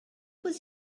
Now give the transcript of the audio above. was